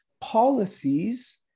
policies